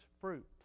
fruit